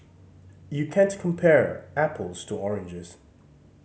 you can't compare apples to oranges